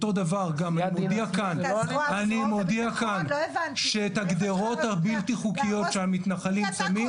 אותו הדבר אני גם מודיע כאן שאת הגדרות הבלתי חוקיות שהמתנחלים שמים,